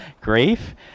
grief